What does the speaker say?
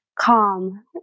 calm